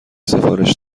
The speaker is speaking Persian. سفارش